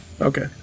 Okay